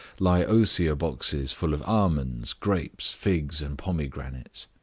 lie osier boxes full of almonds, grapes, figs, and pomegranates.